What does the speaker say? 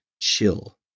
chill